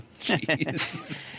Jeez